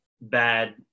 bad